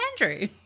Andrew